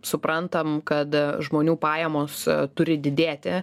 suprantam kad žmonių pajamos turi didėti